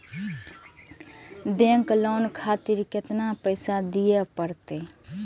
Bank loan खातीर केतना पैसा दीये परतें?